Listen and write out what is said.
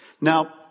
Now